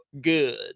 good